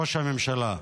ראש הממשלה?